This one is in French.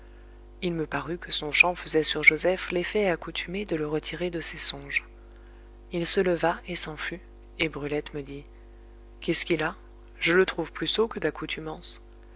il me parut que son chant faisait sur joseph l'effet accoutumé de le retirer de ses songes il se leva et s'en fut et brulette me dit qu'est-ce qu'il a je le trouve plus sot que d'accoutumance